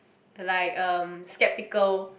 like erm skeptical